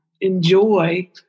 enjoy